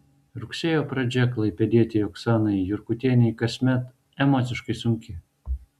rugsėjo pradžia klaipėdietei oksanai jurgutienei kasmet emociškai sunki